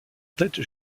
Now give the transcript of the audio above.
tête